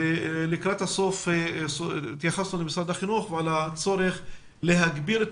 לקראת הסוף התייחסנו למשרד החינוך ולצורך להגביר את